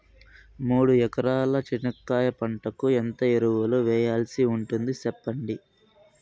మూడు ఎకరాల చెనక్కాయ పంటకు ఎంత ఎరువులు వేయాల్సి ఉంటుంది సెప్పండి?